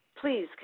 Please